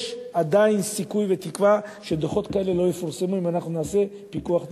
יש עדיין סיכוי ותקווה שדוחות כאלה לא יפורסמו אם נעשה פיקוח נאות,